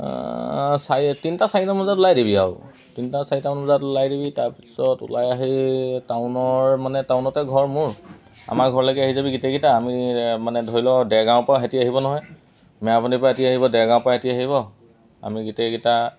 চাৰি তিনিটা চাৰিটামান বজাত ওলাই দিবি আৰু তিনিটা চাৰিটা মানত ওলাই দিবি তাৰপিছত ওলাই আহি টাউনৰ মানে টাউনতে ঘৰ মোৰ আমাৰ ঘৰলৈকে আহি যাবি গোটেইকেইটা আমি মানে ধৰি ল ডেৰগাঁৱৰপৰা সিহঁতি আহিব নহয় মেৰাপণিৰপৰা সিহঁতি আহিব ডেৰগাঁৱৰপৰা সিহঁতি আহিব আমি গেটেইকেইটা